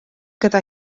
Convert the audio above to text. gyda